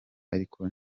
ariko